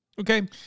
Okay